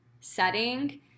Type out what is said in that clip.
setting